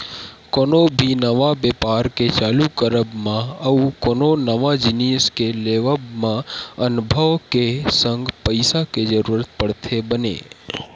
कोनो भी नवा बेपार के चालू करब मा अउ कोनो नवा जिनिस के लेवब म अनभव के संग पइसा के जरुरत पड़थे बने